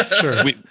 sure